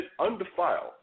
undefiled